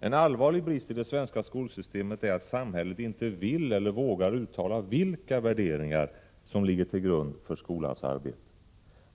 En allvarlig brist i det svenska skolsystemet är att samhället inte vill eller vågar uttala vilka värderingar som ligger till grund för skolans arbete.